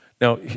Now